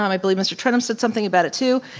um i believe mr. trenum said something about it too.